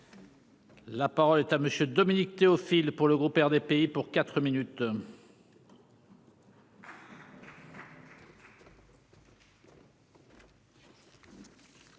La parole est à monsieur Dominique Théophile pour le groupe RDPI pour 4 minutes.